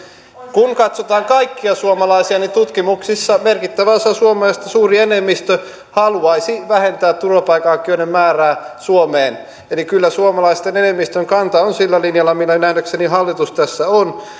kun katsotaan kaikkia suomalaisia niin tutkimuksissa merkittävä osa suomalaisista suuri enemmistö haluaisi vähentää turvapaikanhakijoiden määrää suomessa eli kyllä suomalaisten enemmistön kanta on sillä linjalla millä nähdäkseni hallitus tässä on